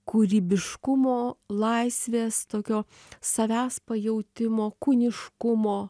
kūrybiškumo laisvės tokio savęs pajautimo kūniškumo